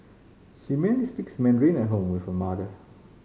she mainly speaks Mandarin at home with her mother